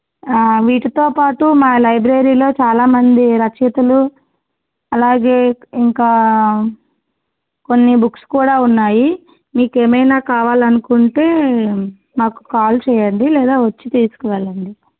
వీటితో పాటు మా లైబ్రరీలో చాలా మంది రచయితలు అలాగే ఇంకా కొన్ని బుక్స్ కూడా ఉన్నాయి మీకేమైనా కావాలనుకుంటే మాకు కాల్ చెయ్యండి లేదా వచ్చి తీసుకువెళ్ళండి